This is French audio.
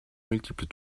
multiples